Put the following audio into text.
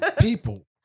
people